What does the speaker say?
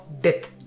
death